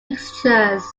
fixtures